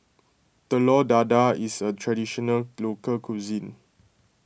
Telur Dadah is a Traditional Local Cuisine